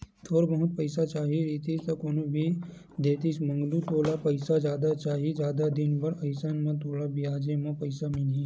थोर बहुत पइसा चाही रहितिस कोनो भी देतिस मंगलू तोला पइसा जादा चाही, जादा दिन बर अइसन म तोला बियाजे म पइसा मिलही